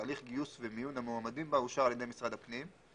ושהליך גיוס ומיון המועמדים בה אושר על ידי משרד הפנים,